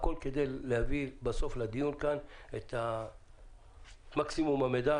הכול כדי להביא בסוף לדיון כאן את מקסימום המידע.